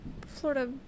Florida